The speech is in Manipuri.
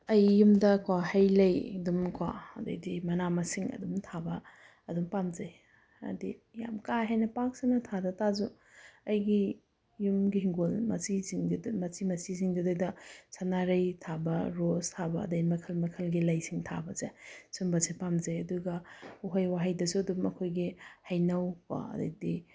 ꯑꯩ ꯌꯨꯝꯗꯀꯣ ꯍꯩ ꯂꯩ ꯑꯗꯨꯝꯀꯣ ꯑꯗꯩꯗꯤ ꯃꯅꯥ ꯃꯁꯤꯡ ꯑꯗꯨꯝ ꯊꯥꯕ ꯑꯗꯨꯝ ꯄꯥꯝꯖꯩ ꯍꯥꯏꯗꯤ ꯌꯥꯝ ꯀꯥ ꯍꯦꯟꯅ ꯄꯥꯛ ꯁꯟꯅ ꯊꯥꯗ ꯇꯥꯔꯁꯨ ꯑꯩꯒꯤ ꯌꯨꯝꯒꯤ ꯏꯪꯈꯣꯜ ꯃꯆꯤꯁꯤꯡꯁꯤꯗ ꯃꯆꯤ ꯃꯆꯤꯁꯤꯡꯗꯨꯗꯩꯗ ꯁꯅꯥꯔꯩ ꯊꯥꯕ ꯔꯣꯁ ꯊꯥꯕ ꯑꯗꯩ ꯃꯈꯜ ꯃꯈꯜꯒꯤ ꯂꯩꯁꯤꯡ ꯊꯥꯕꯁꯦ ꯁꯨꯝꯕꯁꯦ ꯄꯥꯝꯖꯩ ꯑꯗꯨꯒ ꯎꯍꯩ ꯋꯥꯍꯩꯗꯁꯨ ꯑꯗꯨꯝ ꯑꯩꯈꯣꯏꯒꯤ ꯍꯩꯅꯧ ꯀꯣ ꯑꯗꯩꯗꯤ